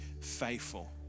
faithful